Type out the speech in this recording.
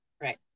Right